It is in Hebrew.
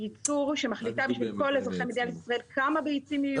ייצור ומחליטה לכל אזרחי מדינת ישראל כמה ביצים יהיו.